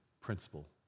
principle